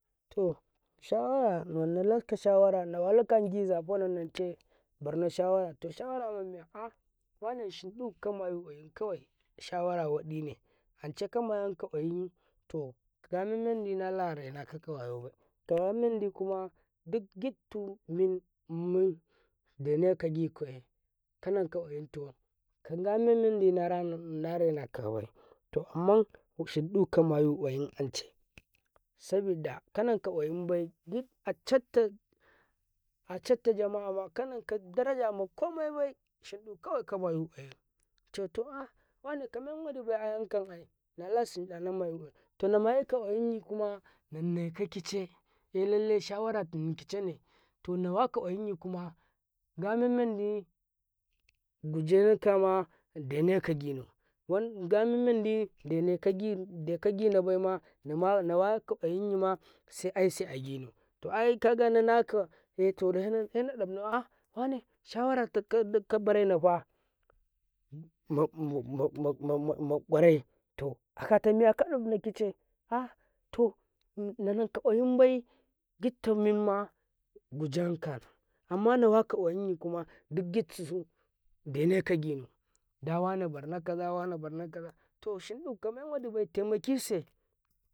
﻿to shawara nan dalaka shawara na walika gizafa nau nanda barno shawara mamiya ah wane shin du kamayu ƙwayin kawai shawara waɗine ance kama yanka ƙwayin ka ga mendi nalaraina wayobai komen mandi kuma gittu men men deneka gikoye katan ka ƙwayin to kagame mmanɗi na raina kabai to amma shin du kamayu ƙwayin an cai sabida kanan kaƙwa yimbai gid actta acatta ja ma'ama kananka dara ja bai makamaibai shindu kawai ka mayu ƙwayin ceto ah wane kamen wadibai ayan nala shinda namayu ƙwayi to namayu ƙwayi namayuka ƙwayin yikuma naeka kice shawara nikicene to nawaka ƙwayinyi kuma gamem mandi naderu kama eneka ginau gamem mandi de kagina baima namayake ƙwayinyima senise aginau to aye kaga nanakau menyi aina ɓalnau shawara tukau rainafa mamma ƙwarai a kata miya kace ah to nan nanan ka ƙwayin bai gitta memma mujanka kuma nawa dukgittu su ekeka ginau dawane barna kaza da wane barna kaza to shindu kamen waɗibai eemakisei.